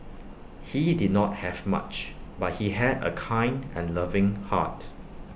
he did not have much but he had A kind and loving heart